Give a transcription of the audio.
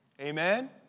amen